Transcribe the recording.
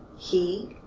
he.